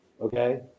okay